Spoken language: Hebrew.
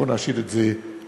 בואו נשאיר את זה בצד.